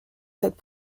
cette